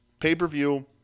Pay-per-view